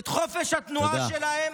את חופש התנועה שלהם.